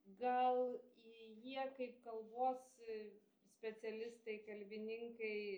gal jie kaip kalbos specialistai kalbininkai